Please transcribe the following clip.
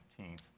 15th